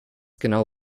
genau